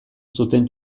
zuten